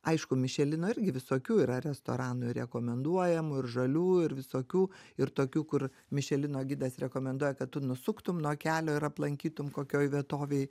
aišku mišelino irgi visokių yra restoranų rekomenduojamų ir žalių ir visokių ir tokių kur mišelino gidas rekomenduoja kad tu nusuktum nuo kelio ir aplankytum kokioj vietovėj